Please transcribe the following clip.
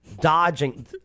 Dodging